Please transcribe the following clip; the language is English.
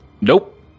Nope